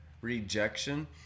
rejection